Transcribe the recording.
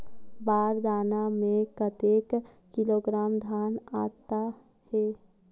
बार दाना में कतेक किलोग्राम धान आता हे?